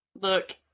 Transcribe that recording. Look